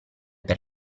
per